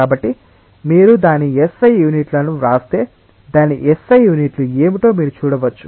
కాబట్టి మీరు దాని SI యూనిట్లను వ్రాస్తే దాని SI యూనిట్లు ఏమిటో మీరు చూడవచ్చు